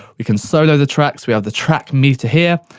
we can solo the tracks, we have the track metre here,